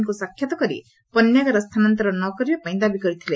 ନଙ୍ଙୁ ସାକ୍ଷାତ କରି ପଣ୍ୟାଗାର ସ୍ଥାନାନ୍ନର ନ କରିବା ପାଇଁ ଦାବି କରିଥିଲେ